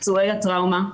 פצועי הטראומה.